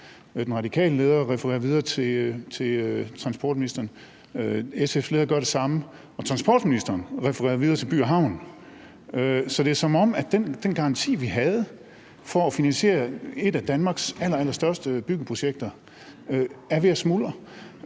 Den radikale leder refererer videre til transportministeren, SF's leder gør det samme, og transportministeren refererer videre til By & Havn, så det er, som om den garanti, vi havde i forbindelse med at finansiere et af Danmarks allerstørste byggeprojekter, er ved at smuldre.